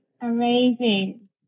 Amazing